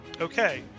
Okay